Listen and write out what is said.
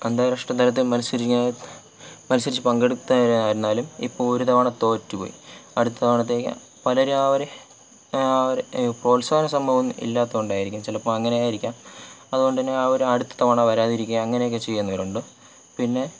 അന്താരാഷ്ട്ര തലത്തിൽ മത്സരിക്കാൻ മത്സരിച്ച് പങ്കെടുത്തവരായിരുന്നാലും ഇപ്പോൾ ഒരുതവണ തോറ്റുപോയി അടുത്ത തവണത്തേക്ക് പലരും അവരെ അവരെ പ്രോത്സാഹന സംഭവം ഇല്ലാത്തതുകൊണ്ടായിരിക്കും ചിലപ്പോൾ അങ്ങനെയായിരിക്കാം അതുകൊണ്ടുതന്നെ അവർ അടുത്ത തവണ വരാതിരിക്കാം അങ്ങനെയൊക്കെ ചെയ്യുന്നവരുണ്ട് പിന്നെ